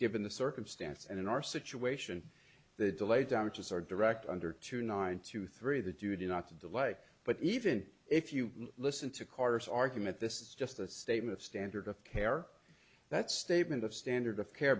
given the circumstance and in our situation the delay damages are direct under two nine to three the duty not to delay but even if you listen to carter's argument this is just a statement of standard of care that statement of standard of care